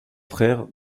frère